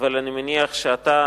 אבל אני מניח שאתה,